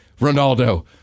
Ronaldo